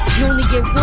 you only get